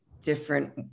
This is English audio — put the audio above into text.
different